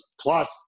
Plus